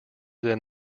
than